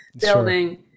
building